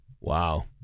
Wow